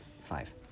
Five